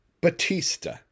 Batista